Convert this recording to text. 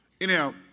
anyhow